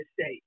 state